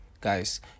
guys